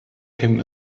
him